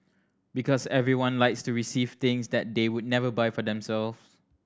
because everyone likes to receive things that they would never buy for themselves